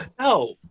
No